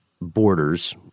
borders